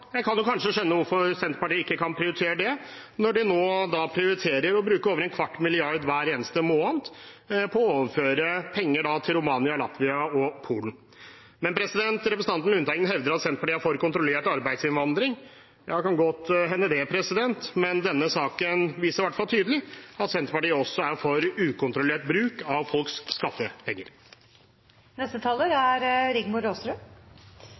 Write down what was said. Jeg kan kanskje skjønne hvorfor Senterpartiet ikke kan prioritere det, når de nå prioriterer å bruke over en kvart milliard kroner hver eneste måned på å overføre penger til Romania, Latvia og Polen. Representanten Lundteigen hevder at Senterpartiet er for kontrollert arbeidsinnvandring. Ja, det kan godt hende, men denne saken viser i hvert fall tydelig at Senterpartiet også er for ukontrollert bruk av folks